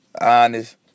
honest